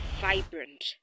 vibrant